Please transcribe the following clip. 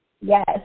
Yes